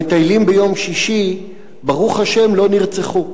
המטיילים ביום שישי ברוך השם לא נרצחו.